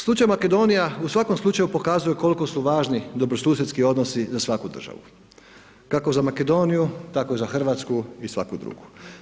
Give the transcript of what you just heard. Slučaj Makedonija u svakom slučaju pokazuje kolko su važni dobrosusjedski odnosi za svaku državu, kako za Makedoniju tako i za Hrvatsku i svaku drugu.